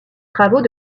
travaux